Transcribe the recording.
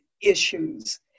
issues